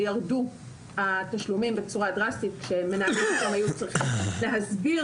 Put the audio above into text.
ראינו שהתשלום ירדו בצורה דרסטית כשהמנהלים היו צריכים להסביר